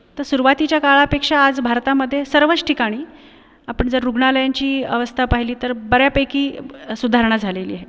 तर सुरुवातीच्या काळापेक्षा आज भारतामध्ये सर्वच ठिकाणी आपण जर रुग्णालयांची अवस्था पहिली तर बऱ्यापैकी सुधारणा झालेली आहे